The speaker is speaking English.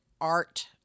art